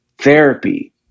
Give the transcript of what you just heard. therapy